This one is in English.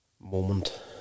moment